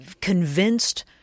convinced